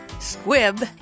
Squib